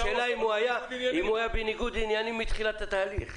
השאלה אם הוא היה בניגוד עניינים מתחילת התהליך.